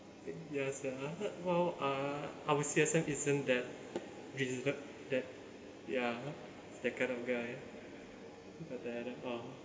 ya sia well uh our C_S_M isn't that reasona~ that ya that kind of guy but then uh